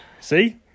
See